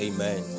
Amen